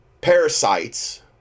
parasites